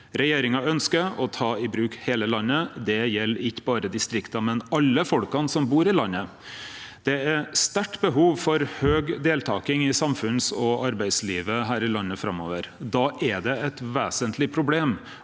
Regjeringa ønskjer å ta i bruk heile landet. Det gjeld ikkje berre distrikta, men alle folka som bur i landet. Det er sterkt behov for høg deltaking i samfunns- og arbeidslivet her i landet framover. Då er det eit vesentleg problem